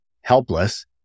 helpless